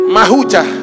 Mahuta